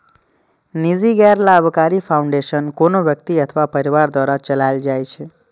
निजी गैर लाभकारी फाउंडेशन कोनो व्यक्ति अथवा परिवार द्वारा चलाएल जाइ छै